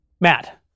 Matt